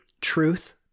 truth